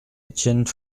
étienne